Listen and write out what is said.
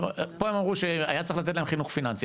פה הם אמרו שהיה צריך לתת להם חינוך פיננסי,